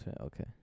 Okay